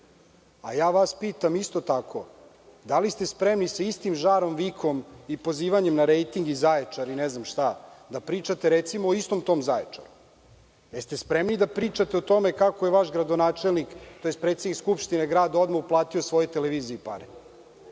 Pitam vas isto tako, da li ste spremni sa istim žarom, vikom i pozivanjem na rejting, Zaječar i ne znam šta da pričate o tom istom Zaječaru? Da li ste spremni da pričate o tome kako je vaš gradonačelnik tj. predsednik skupštine grada odmah uplatio svojoj televiziji pare?